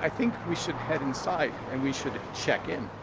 i think we should head inside and we should check in.